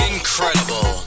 Incredible